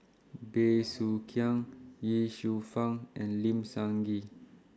Bey Soo Khiang Ye Shufang and Lim Sun Gee